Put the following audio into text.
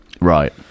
Right